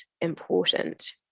important